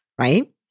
right